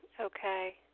okay